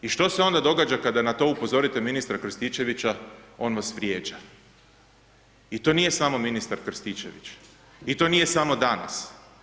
I što se onda događa kada na to upozorite ministra Krstičevića, on vas vrijeđa i to nije samo ministar Krstičević i to nije samo danas.